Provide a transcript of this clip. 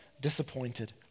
disappointed